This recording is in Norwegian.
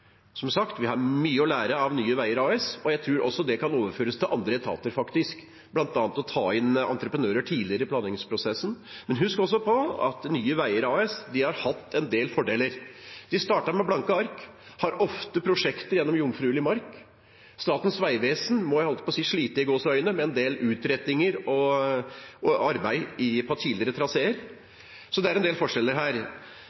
Som sagt har vi mye å lære av Nye Veier AS, og jeg tror også det kan overføres til andre etater, faktisk, bl.a. det å ta inn entreprenører tidligere i planleggingsprosessen. Men en skal også huske på at Nye Veier AS har hatt en del fordeler. De startet med blanke ark og har ofte prosjekter på jomfruelig mark. Statens vegvesen må – jeg holdt på å si – slite med en del utrettinger og arbeid på tidligere